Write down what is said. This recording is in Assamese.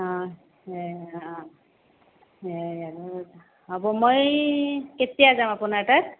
অঁ হ'ব মই কেতিয়া যাম আপোনাৰ তাত